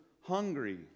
hungry